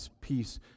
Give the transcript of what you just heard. peace